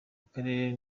akarere